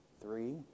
three